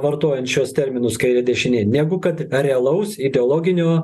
vartojant šiuos terminus kairė dešinė negu kad realaus ideologinio